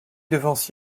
devance